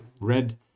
red